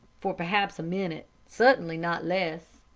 for perhaps a minute, certainly not less,